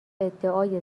ادعای